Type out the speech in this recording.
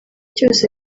cyose